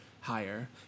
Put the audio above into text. higher